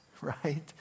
right